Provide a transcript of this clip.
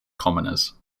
commoners